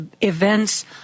events